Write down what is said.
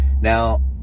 Now